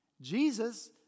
Jesus